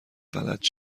فلج